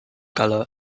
color